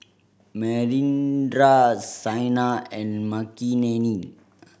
Manindra Saina and Makineni